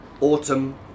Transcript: autumn